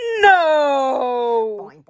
No